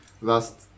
last